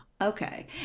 Okay